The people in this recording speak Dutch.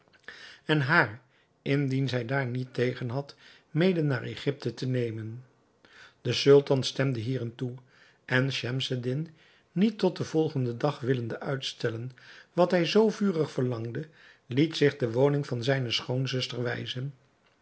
en haar indien zij daar niet tegen had mede naar egypte te nemen de sultan stemde hierin toe en schemseddin niet tot den volgenden dag willende uitstellen wat hij zoo vurig verlangde liet zich de woning van zijne schoonzuster wijzen